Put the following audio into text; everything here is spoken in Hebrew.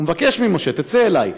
הוא מבקש ממשה: תצא אלי,